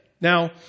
Now